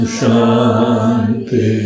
Shanti